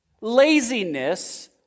Laziness